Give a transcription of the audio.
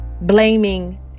blaming